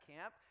camp